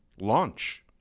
launch